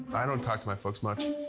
i don't talk to my folks much.